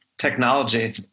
Technology